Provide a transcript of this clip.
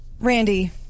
Randy